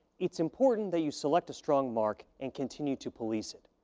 it's important that you select a strong mark and continue to police it.